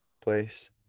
place